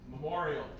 Memorial